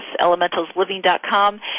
elementalsliving.com